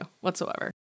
whatsoever